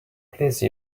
please